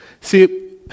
See